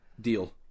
Deal